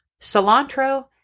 cilantro